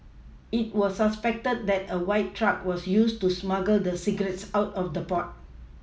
it was suspected that a white truck was used to smuggle the cigarettes out of the port